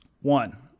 One